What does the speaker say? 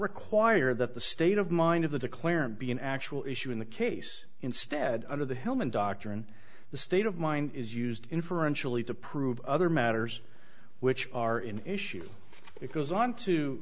require that the state of mind of the declarant be an actual issue in the case instead under the helm and doctrine the state of mind is used inferentially to prove other matters which are in issue it goes on to